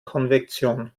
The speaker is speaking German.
konvektion